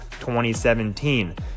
2017